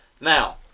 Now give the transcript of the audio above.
Now